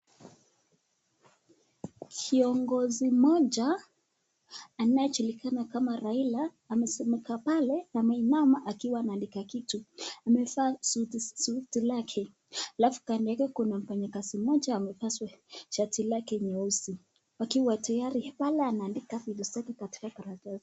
Kiongozi mmoja anayejulikana kama Raila amesemaika pale na ameinama akiwa anaandika kitu. Amevaa suti suti lake, alafu kando yake kuna mfanyakazi mmoja amevaa shati lake nyeusi. Wakiwa tayari pale anaandika vitu zake katika karatasi.